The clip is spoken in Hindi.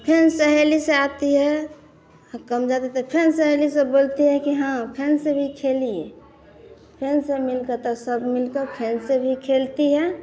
फिर सहेली से आती है कम ज़्यादा त फिर सहेली से बोलते हैं कि हाँ फिर से भी खेलिए फिर से मिलकर त सब मिलकर फेन से भी खेलती है